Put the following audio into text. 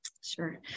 Sure